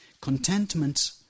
contentment